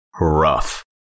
rough